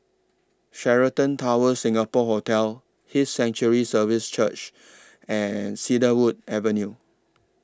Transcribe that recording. Sheraton Towers Singapore Hotel His Sanctuary Services Church and Cedarwood Avenue